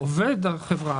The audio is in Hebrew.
עובד החברה,